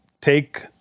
take